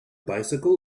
bicycle